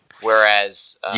whereas